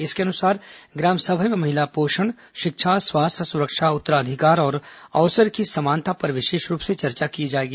इसके अनुसार ग्राम सभा में महिला पोषण शिक्षा स्वास्थ्य सुरक्षा उत्तराधिकार और अवसर की समानता पर विशेष रूप से चर्चा की जाएगी